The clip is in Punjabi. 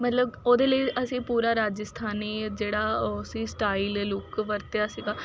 ਮਤਲਬ ਉਹਦੇ ਲਈ ਅਸੀਂ ਪੂਰਾ ਰਾਜਸਥਾਨੀ ਜਿਹੜਾ ਉਹ ਸੀ ਸਟਾਈਲ ਲੁੱਕ ਵਰਤਿਆ ਸੀਗਾ